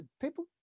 people